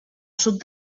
sud